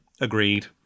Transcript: Agreed